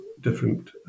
different